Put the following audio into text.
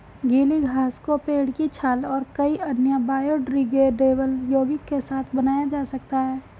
गीली घास को पेड़ की छाल और कई अन्य बायोडिग्रेडेबल यौगिक के साथ बनाया जा सकता है